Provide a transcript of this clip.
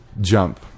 Jump